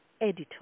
Editor